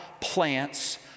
plants